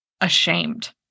Ashamed